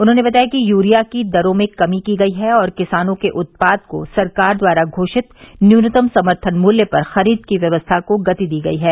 उन्होंने बताया कि यूरिया की दरों में कमी की गई है और किसानों के उत्पाद को सरकार द्वारा घोषित न्यूनतम समर्थन मूल्य पर खरीद की व्यवस्था को गति दी गई है